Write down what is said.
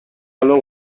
الان